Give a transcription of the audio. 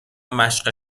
مشق